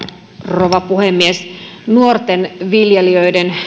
rouva puhemies nuorten viljelijöiden